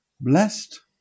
blessed